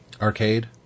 arcade